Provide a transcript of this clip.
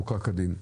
הוקרא כדין.